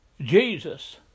Jesus